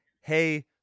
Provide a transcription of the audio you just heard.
hey